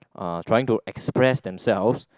uh trying to express themselves